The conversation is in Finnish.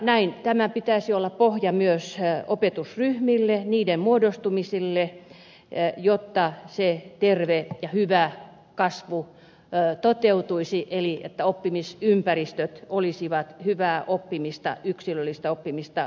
näin tämän pitäisi olla pohja myös opetusryhmille niiden muodostumiselle jotta se terve ja hyvä kasvu toteutuisi eli oppimisympäristöt olisivat hyvää oppimista yksilöllistä oppimista tukevia